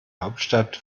hauptstadt